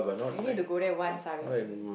you need to go there once ah with me